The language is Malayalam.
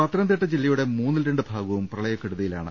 പത്തനംതിട്ട ജില്ലയുടെ മൂന്നിൽ രണ്ട് ഭാഗവും പ്രളയക്കെ ടുതിയിലാണ്